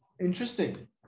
Interesting